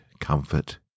comfort